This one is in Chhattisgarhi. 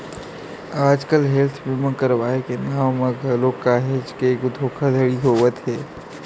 आजकल हेल्थ बीमा करवाय के नांव म घलो काहेच के धोखाघड़ी होवत हे